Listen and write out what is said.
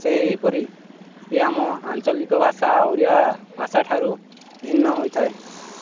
ସେହିପରି କି ଆମ ଆଞ୍ଚଲିକ ଭାଷା ଓଡ଼ିଆ ଭାଷା ଠାରୁ ଭିନ୍ନ ହେଇଥାଏ